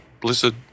Blizzard